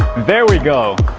there we go!